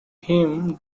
him